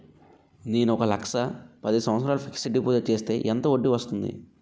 నేను ఒక లక్ష పది సంవత్సారాలు ఫిక్సడ్ డిపాజిట్ చేస్తే ఎంత వడ్డీ వస్తుంది?